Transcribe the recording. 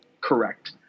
correct